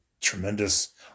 tremendous